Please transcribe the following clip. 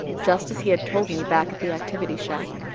just as he had told me back at the activity shack.